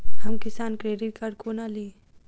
हम किसान credit card कोना ली?